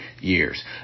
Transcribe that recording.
years